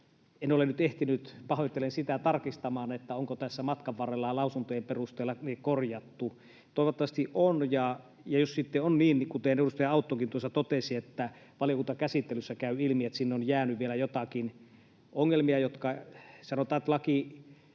En ole nyt ehtinyt, pahoittelen sitä, tarkistamaan, onko ne tässä matkan varrella lausuntojen perusteella korjattu. Toivottavasti on, ja jos sitten on niin, kuten edustaja Auttokin tuossa totesi, että valiokuntakäsittelyssä käy ilmi, että sinne on jäänyt vielä joitakin ongelmia — sanotaan, että lakipykäliä